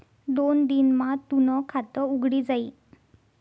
दोन दिन मा तूनं खातं उघडी जाई